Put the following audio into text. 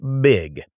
big